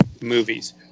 movies